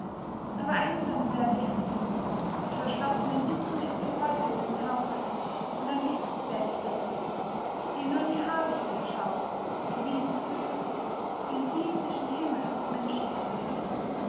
aber einsam werde ich sitzen mit verschlossenen lippen im freudelosen hause und an dich werde ich denken den nur die habichte schauen die wilden vögel wenn sie zwischen himmel und menschenerde fliegen